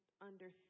understand